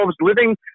living